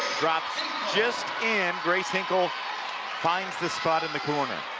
dropped just in, grace hinkle finds the spot in the corner.